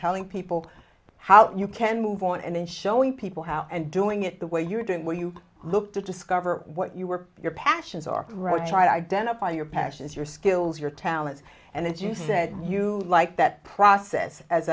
telling people how you can move on and then showing people how and doing it the way you're doing where you look to discover what you were your passions are right try to identify your passions your skills your talents and as you said you like that process as